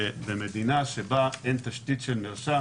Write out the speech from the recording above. שבמדינה שבה אין תשתית של מרשם,